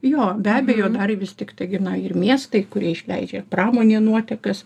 jo be abejo dar vis tiktai gi na ir miestai kurie išleidžia pramonė nuotekas